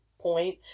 point